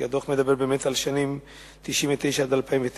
כי הדוח מדבר על השנים 1999 2009,